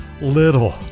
little